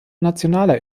nationaler